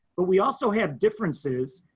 but we also have differences.